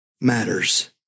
matters